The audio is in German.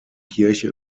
kirche